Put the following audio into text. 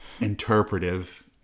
interpretive